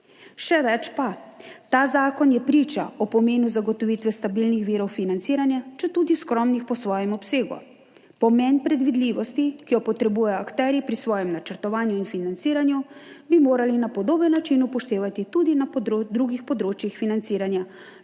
Še več, ta zakon priča o pomenu zagotovitve stabilnih virov financiranja, četudi skromnih po svojem obsegu. Pomen predvidljivosti, ki jo potrebujejo akterji pri svojem načrtovanju in financiranju, bi morali na podoben način upoštevati tudi na drugih področjih financiranja